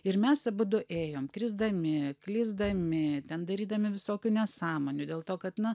ir mes abudu ėjom krisdami klysdami ten darydami visokių nesąmonių dėl to kad na